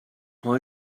why